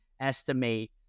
estimate